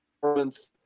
performance